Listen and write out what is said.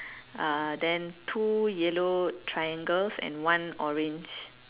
uh then two yellow triangles and one orange